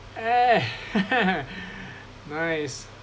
eh nice